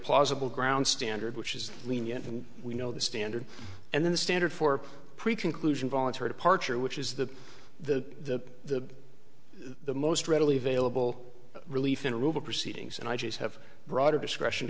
plausible grounds standard which is lenient and we know the standard and the standard for preach inclusion voluntary departure which is that the the most readily available relief in aruba proceedings and i just have broader discretion